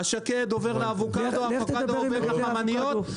השקד עובר לאבוקדו, האבוקדו עובר לחמניות.